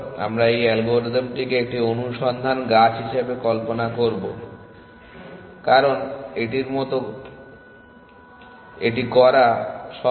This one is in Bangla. আমরা এই অ্যালগরিদমটিকে একটি অনুসন্ধান গাছ হিসাবে কল্পনা করব কারণ এটির মতো এটি করা সহজ